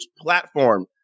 platform